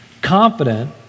confident